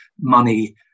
money